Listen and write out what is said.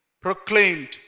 proclaimed